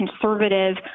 conservative